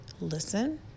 Listen